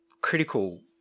critical